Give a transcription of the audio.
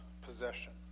possession